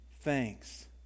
thanks